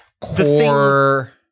core